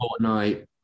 Fortnite